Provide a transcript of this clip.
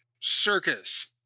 Circus